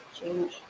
change